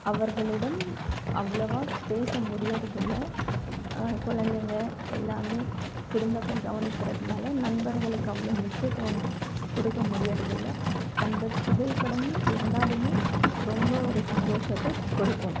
அவர்களிடம் அவ்வளவா பேச முடிகிறது இல்லை குழந்தைங்க எல்லாமே குடும்பத்தை கவனிக்கிறதுனால் நண்பர்களுக்கு அவ்வளோ முக்கியத்துவம் கொடுக்க முடிகிறது இல்லை அந்த புகைப்படம் இருந்தாலுமே ரொம்ப ஒரு சந்தோஷத்தைக் கொடுக்கும்